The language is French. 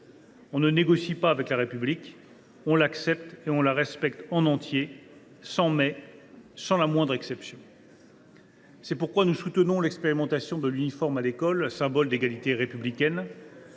On ne négocie pas avec la République : on l’accepte et on la respecte dans son entier, sans “mais” et sans la moindre exception. C’est pourquoi nous soutenons l’expérimentation de l’uniforme à l’école, symbole d’égalité républicaine.